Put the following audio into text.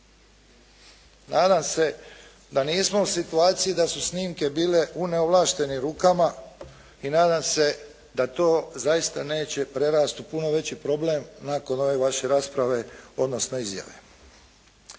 Nadam se da nismo u situaciji da su snimke bile u neovlaštenim rukama i nadam se da to zaista neće prerasti u puno veći problem nakon ove vaše rasprave odnosno izjave.